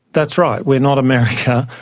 that's right, we're not america,